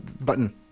button